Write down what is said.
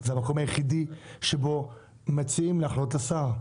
זה המקום היחיד שבו מציעים לך לעלות לשר.